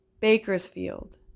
Bakersfield